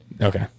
Okay